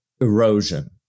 erosion